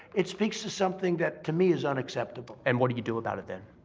it speaks to something that, to me, is unacceptable. and what do you do about it, then?